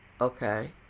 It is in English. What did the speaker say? Okay